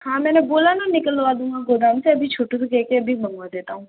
हाँ मैंने बोला न निकलवा दूंगा गोदाम से अभी छोटू से कह के अभी मंगवा देता हूँ